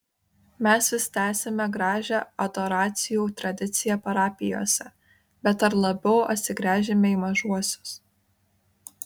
mes vis tęsiame gražią adoracijų tradiciją parapijose bet ar labiau atsigręžiame į mažuosius